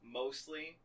mostly